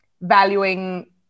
valuing